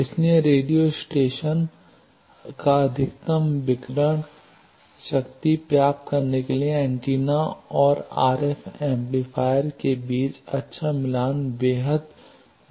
इसलिए radio station को अधिकतम विकिरणित शक्ति प्राप्त करने के लिए एंटीना और आरएफ एम्पलीफायर के बीच अच्छा मिलान बेहद महत्वपूर्ण है